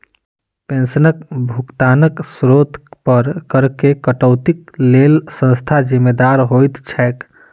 पेंशनक भुगतानक स्त्रोत पर करऽ केँ कटौतीक लेल केँ संस्था जिम्मेदार होइत छैक?